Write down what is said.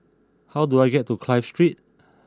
how do I get to Clive Street